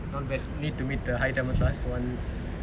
not bad need to meet the higher tamil class once